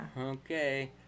Okay